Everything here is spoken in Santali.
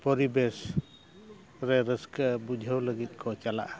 ᱯᱚᱨᱤᱵᱮᱥ ᱨᱮ ᱨᱟᱹᱥᱠᱟᱹ ᱵᱩᱡᱷᱟᱹᱣ ᱞᱟᱹᱜᱤᱫ ᱠᱚ ᱪᱟᱞᱟᱜᱼᱟ